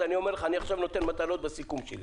אני אומר לך שאני נותן מטלות בסיכום שלי.